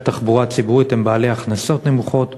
התחבורה הציבורית הם בעלי הכנסות נמוכות,